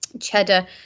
cheddar